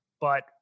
But-